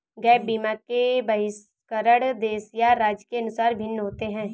gap बीमा के बहिष्करण देश या राज्य के अनुसार भिन्न होते हैं